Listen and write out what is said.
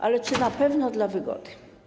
Ale czy na pewno dla wygody?